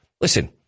listen